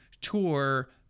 tour